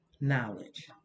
knowledge